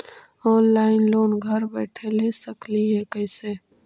Online loan घर बैठे ले सकली हे, कैसे?